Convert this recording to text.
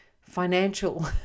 financial